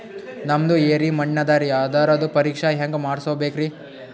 ನಮ್ದು ಎರಿ ಮಣ್ಣದರಿ, ಅದರದು ಪರೀಕ್ಷಾ ಹ್ಯಾಂಗ್ ಮಾಡಿಸ್ಬೇಕ್ರಿ?